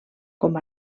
com